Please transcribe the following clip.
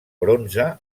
bronze